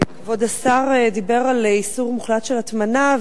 כבוד השר דיבר על איסור מוחלט של הטמנה,